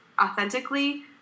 authentically